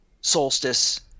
solstice